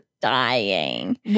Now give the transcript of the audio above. dying